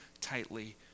tightly